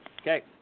Okay